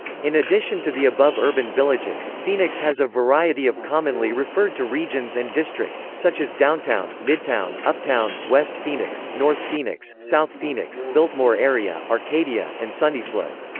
in addition to the above urban villages, phoenix has a variety of commonly referred-to regions and districts, such as downtown, midtown, uptown, west phoenix, north phoenix, south phoenix, biltmore area, arcadia, and sunnyslope.